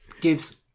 gives